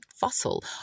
fossil